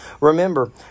Remember